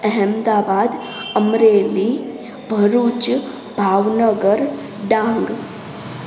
Ahmedabad Amreli Bharuch Bhavnagar Dang